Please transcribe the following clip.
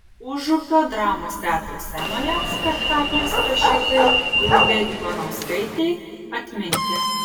užupio dramos teatro scenoje spektaklis rašytojai jurgai ivanauskaitei atminti